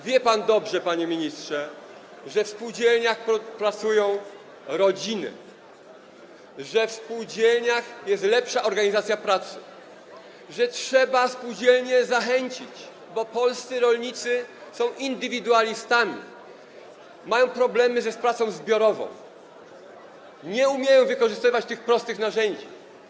Wie pan dobrze, panie ministrze, że w spółdzielniach pracują rodziny, że w spółdzielniach jest lepsza organizacja pracy, że trzeba do spółdzielni zachęcać, bo polscy rolnicy są indywidualistami, mają problemy z pracą zbiorową, nie umieją wykorzystywać tych prostych narzędzi.